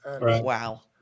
Wow